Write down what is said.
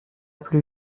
plus